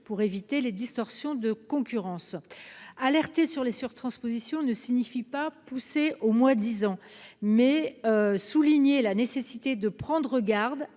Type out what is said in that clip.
pour éviter les distorsions de concurrence ». Alerter sur les surtranspositions ne signifie pas pousser au moins-disant. Cela revient à insister sur la nécessité de prendre garde,